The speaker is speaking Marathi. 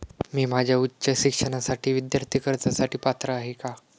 मी माझ्या उच्च शिक्षणासाठी विद्यार्थी कर्जासाठी पात्र आहे का?